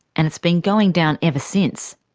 and it's been going down ever since.